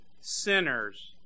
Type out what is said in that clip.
sinners